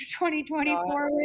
2024